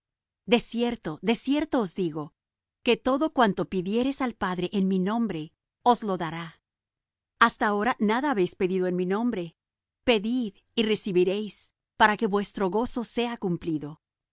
de cierto os digo que todo cuanto pidiereis al padre en mi nombre os lo dará hasta ahora nada habéis pedido en mi nombre pedid y recibiréis para que vuestro gozo sea cumplido